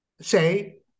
say